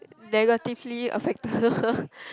negatively affected